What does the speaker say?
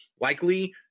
likely